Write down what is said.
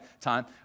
time